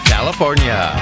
California